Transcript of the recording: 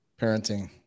parenting